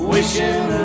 Wishing